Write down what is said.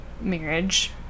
marriage